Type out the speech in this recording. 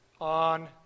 on